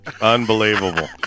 unbelievable